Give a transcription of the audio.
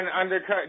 undercut